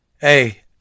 Hey